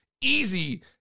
easy